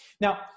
Now